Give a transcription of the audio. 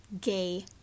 gay